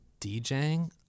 DJing